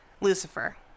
lucifer